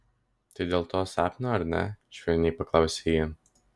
tai dėl to sapno ar ne švelniai paklausė ji